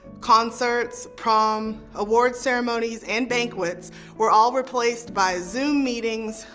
concerts, prom, award ceremonies and banquets were all replaced by zoom meetings,